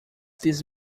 this